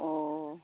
অঁ